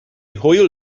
hwyl